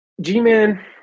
G-Man